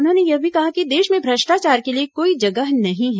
उन्होंने कहा कि देश में भ्रष्टाचार के लिए कोई जगह नहीं है